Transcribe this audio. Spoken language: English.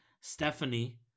Stephanie